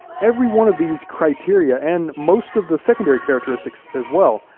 every one of these criteria, and most of the secondary characteristics as well,